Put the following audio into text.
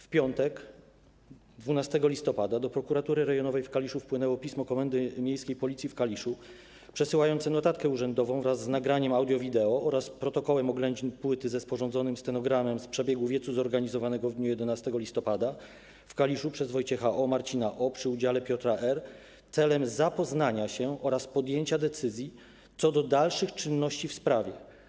W piątek 12 listopada do Prokuratury Rejonowej w Kaliszu wpłynęło pismo Komendy Miejskiej Policji w Kaliszu przesyłające notatkę urzędową wraz z nagraniem audio-wideo oraz protokołem oględzin płyty ze sporządzonym stenogramem z przebiegu wiecu zorganizowanego w dniu 11 listopada w Kaliszu przez Wojciecha O., Marcina O., przy udziale Piotra R., celem zapoznania się oraz podjęcia decyzji co do dalszych czynności w sprawie.